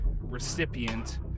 recipient